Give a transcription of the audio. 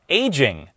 aging